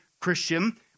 Christian